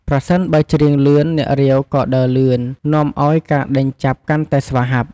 ប្រសិនបើច្រៀងលឿន អ្នករាវក៏ដើរលឿន នាំឱ្យការដេញចាប់កាន់តែស្វាហាប់។